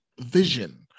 vision